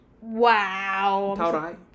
Wow